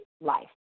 life